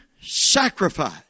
sacrifice